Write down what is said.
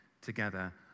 together